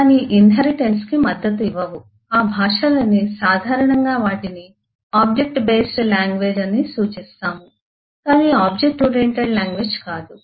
కానీ ఇన్హెరిటెన్స్ కి మద్దతు ఇవ్వవు ఆ భాషలని సాధారణంగా వాటిని ఆబ్జెక్ట్ బేస్డ్ లాంగ్వేజ్ అని సూచిస్తాము కాని ఆబ్జెక్ట్ ఓరియెంటెడ్ లాంగ్వేజ్ కాదు